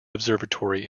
observatory